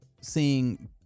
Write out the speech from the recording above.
seeing –